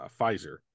pfizer